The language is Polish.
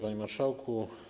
Panie Marszałku!